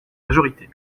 majorité